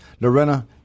Lorena